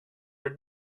are